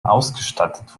ausgestattet